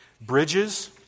Bridges